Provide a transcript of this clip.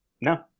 No